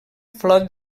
flor